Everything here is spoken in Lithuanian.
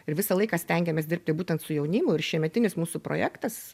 ir visą laiką stengiamės dirbti būtent su jaunimu ir šiemetinis mūsų projektas